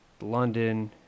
London